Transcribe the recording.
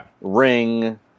ring